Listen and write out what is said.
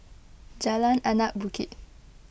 Jalan Anak Bukit